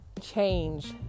change